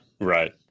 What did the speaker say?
right